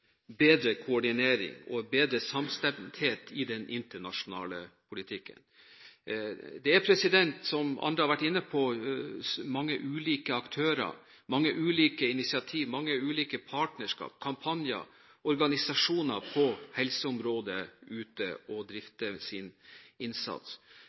bedre koordinering og bedre samstemmighet i den internasjonale politikken. Det er, som andre har vært inne på, mange ulike aktører, mange ulike initiativ og mange ulike partnerskap, kampanjer og organisasjoner på helseområdet som er ute og